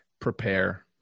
prepare